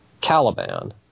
caliban